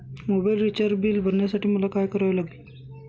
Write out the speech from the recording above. Mobile recharge bill भरण्यासाठी मला काय करावे लागेल?